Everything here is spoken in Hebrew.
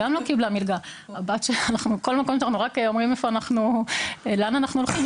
גם לא קיבלה מלגה." לכל מקום שאנחנו רק אומרים לאן אנחנו הולכים,